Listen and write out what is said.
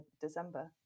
December